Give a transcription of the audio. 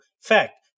Fact